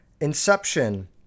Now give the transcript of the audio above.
Inception